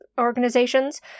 organizations